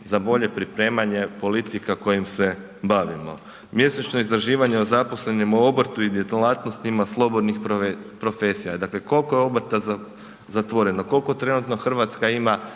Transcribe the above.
za bolje pripremanje politika kojim se bavimo. Mjesečno istraživanje o zaposlenim u obrtu i djelatnostima slobodnih profesija, dakle koliko je obrta zatvoreno, koliko trenutno Hrvatska ima